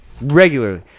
regularly